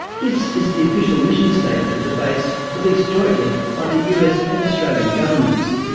this is the official mission statement of the base, released jointly by the us and australian governments.